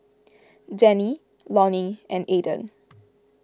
Danny Lonny and Aydan